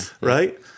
Right